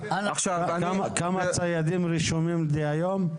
כמה ציידים רשומים היום?